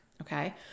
okay